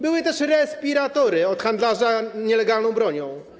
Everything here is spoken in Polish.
Były też respiratory od handlarza nielegalną bronią.